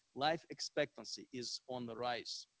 life expectancy is on the rise.